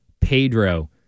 Pedro